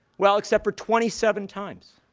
well, except for twenty seven times.